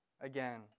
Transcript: again